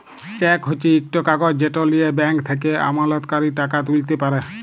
cheque হছে ইকট কাগজ যেট লিঁয়ে ব্যাংক থ্যাকে আমলাতকারী টাকা তুইলতে পারে